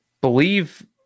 believe